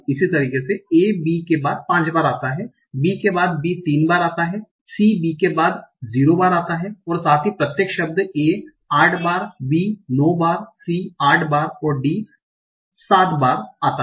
इसी तरह A B के बाद ५ बार होता है बी के बाद बी ३ बार आता हैं सी बी के बाद 0 बार आता है और साथ ही प्रत्येक शब्द ए 8 बार बी ९ बार सी 8 बार तथा d बार 7 बार आता है